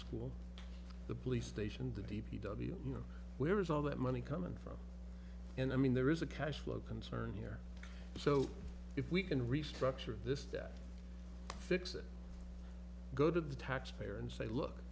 school the police station the d p w you know where is all that money coming from and i mean there is a cash flow concern here so if we can restructure this debt fix it go to the taxpayer and say look